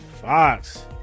fox